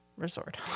resort